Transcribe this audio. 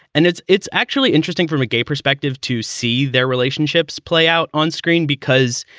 and it's it's actually interesting from a gay perspective to see their relationships play out onscreen because.